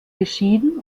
geschieden